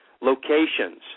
Locations